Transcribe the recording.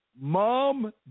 Mom